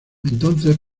entonces